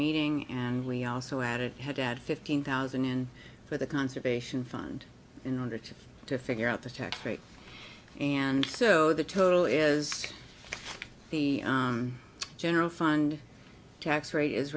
meeting and we also added had to add fifteen thousand and for the conservation fund in order to to figure out the tax rate and so the total is the general fund tax rate is